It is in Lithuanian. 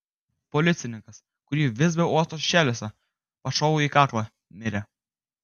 policininkas kurį visbio uosto šešėliuose pašoviau į kaklą mirė